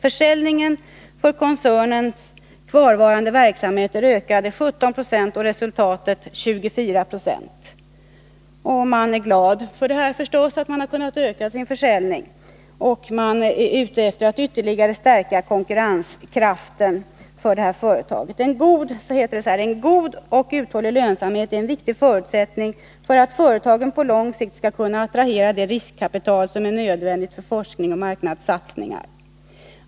Försäljningen för i koncernen kvarvarande verksamheter ökade 17 Inom bolaget är man naturligtvis glad över att man har kunnat öka sin försäljning. Företaget är också ute efter att ytterligare stärka konkurrenskraften. Det heter bl.a.: ”En god och uthållig lönsamhet är en viktig förutsättning för att företagen på lång sikt skall kunna attrahera det riskkapital som är nödvändigt för forskningsoch marknadssatsningar.